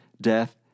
death